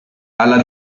alla